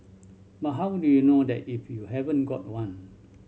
but how do you know that if you haven't got one